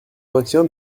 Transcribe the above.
maintien